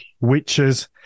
witches